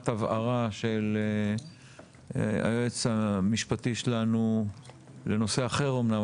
הבהרה של היועץ המשפטי שלנו לנושא אחר אמנם,